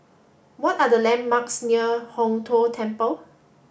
what are the landmarks near Hong Tho Temple